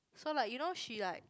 so like you know she like